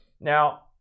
Now